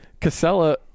Casella